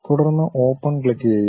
തുടർന്ന് ഓപ്പൺ ക്ലിക്കുചെയ്യുക